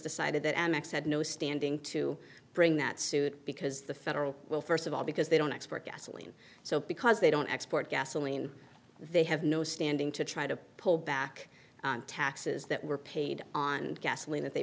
decided that amex had no standing to bring that suit because the federal well first of all because they don't export gasoline so because they don't export gasoline they have no standing to try to pull back taxes that were paid on gasoline that they